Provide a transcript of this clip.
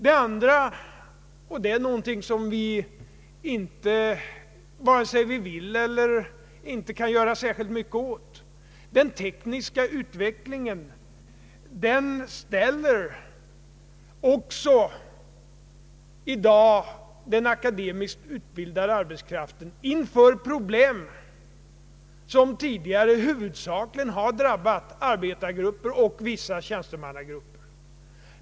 En annan sak är — och det är något som vi inte kan göra mycket åt även om vi skulle vilja det — den tekniska utvecklingen. Den ställer också i dag den akademiskt utbildade arbetskraften inför problem som tidigare huvudsakligen drabbat arbetargrupper och vissa tjänstemannagrupper.